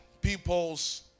people's